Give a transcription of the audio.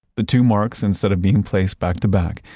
the two marks, instead of being placed back to back,